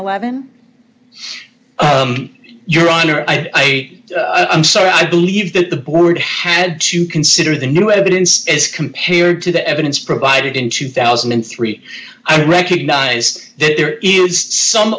eleven your honor i am sorry i believe that the board had to consider the new evidence as compared to the evidence provided in two thousand and three i recognize that there is some